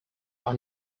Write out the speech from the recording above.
are